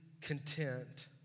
content